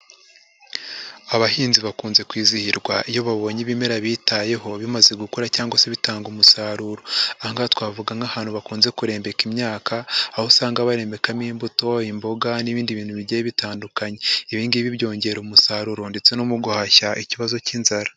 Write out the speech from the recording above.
Abahinzi bakunze kwizihirwa iyo babonye ibimera bitayeho bimaze gukora cyangwa se bitanga umusaruro, aha ngaha twavuga nk'ahantu bakunze kurembeka imyaka, aho usanga barembekamo imbuto, imboga n'ibindi bintu bigiye bitandukanye, ibi ngibi byongera umusaruro ndetse no mu guhashya ikibazo cy'inzara.